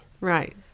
right